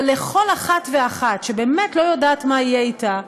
אבל לכל אחת ואחת שבאמת לא יודעת מה יהיה אתה,